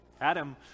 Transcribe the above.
Adam